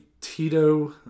Tito